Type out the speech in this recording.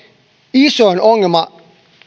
isoin ongelma